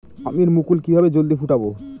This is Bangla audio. আমের মুকুল কিভাবে জলদি ফুটাব?